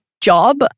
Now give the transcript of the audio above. job